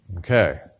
Okay